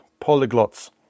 polyglots